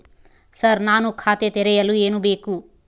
Sir ನಾನು ಖಾತೆ ತೆರೆಯಲು ಏನು ಬೇಕು?